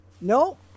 no